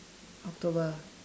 comfortable